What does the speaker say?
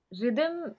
rhythm